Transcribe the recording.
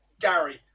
Gary